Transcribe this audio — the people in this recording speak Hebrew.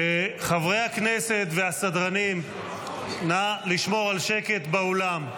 חברי הכנסת והסדרנים, נא לשמור על שקט באולם.